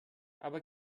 aber